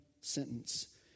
sentence